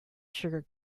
sugar